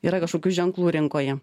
yra kažkokių ženklų rinkoje